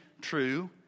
true